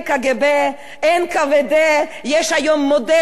יש היום מודל הרבה יותר גרוע במדינת ישראל.